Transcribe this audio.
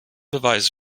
beweise